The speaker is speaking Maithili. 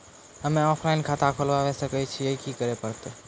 हम्मे ऑफलाइन खाता खोलबावे सकय छियै, की करे परतै?